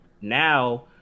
now